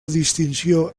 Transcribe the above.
distinció